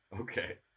Okay